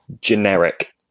Generic